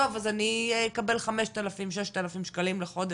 טוב אז אני אקבל 5000-6000 שקלים בחודש,